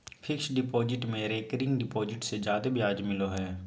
fixed deposit में recurring deposit से जादे ब्याज मिलो हय